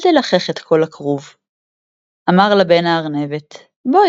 אל תלחך את כל הכרוב.” אמר לה בן-הארנבת “בואי,